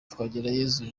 twagirayezu